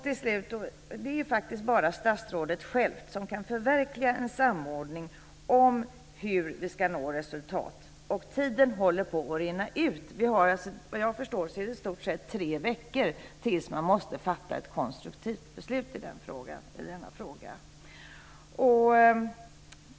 Det är faktiskt bara statsrådet själv som kan förverkliga en samordning om hur vi ska nå resultat, och tiden håller på att rinna ut. Vad jag förstår är det i stort sett tre veckor tills man måste fatta ett konstruktivt beslut i denna fråga.